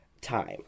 time